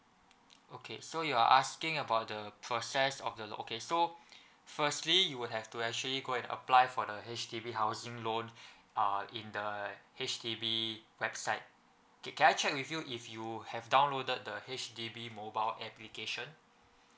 okay so you're asking about the process of the okay so firstly you would have to actually go and apply for the H_D_B housing loan uh in the H_D_B website can can I check with you if you have downloaded the H_D_B mobile application